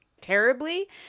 terribly